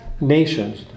nations